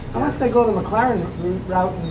unless they go the mclaren route route